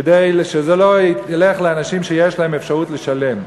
כדי שזה לא ילך לאנשים שיש להם אפשרות לשלם.